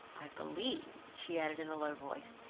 i believe, she added in a low voice,